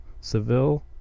Seville